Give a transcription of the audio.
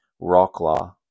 Rocklaw